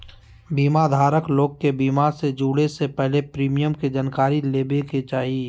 बीमा धारक लोग के बीमा से जुड़े से पहले प्रीमियम के जानकारी लेबे के चाही